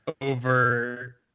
over